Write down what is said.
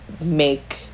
make